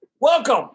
Welcome